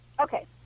okay